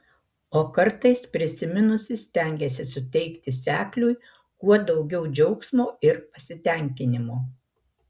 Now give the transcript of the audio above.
o kartais prisiminusi stengiasi suteikti sekliui kuo daugiau džiaugsmo ir pasitenkinimo